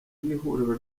w’ihuriro